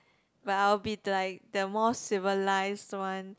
but I'll be like the most civilised one